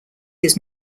his